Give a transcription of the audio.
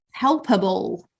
helpable